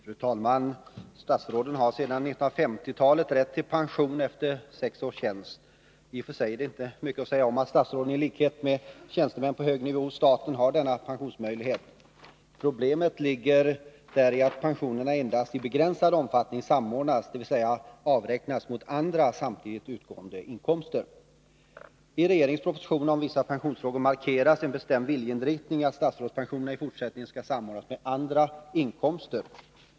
Fru talman! Statsråden har sedan 1950-talet rätt till pension efter sex års tjänst. I och för sig är inte mycket att säga om att statsråden i likhet med tjänstemän på hög nivå hos staten har denna pensionsmöjlighet. Problemet ligger däri att pensionerna endast i begränsad omfattning samordnas, dvs. avräknas mot andra samtidigt utgående inkomster. I regeringens proposition om vissa pensionsfrågor markeras en bestämd viljeriktning, att statsrådspensionerna i fortsättningen skall samordnas med andra inkomster.